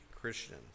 Christians